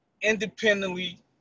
independently